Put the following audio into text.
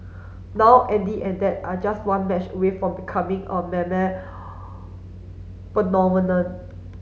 now Andy and dad are just one match away from becoming a phenomenon